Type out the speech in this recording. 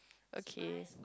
okay